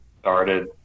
Started